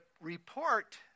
report